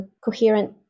coherent